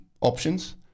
options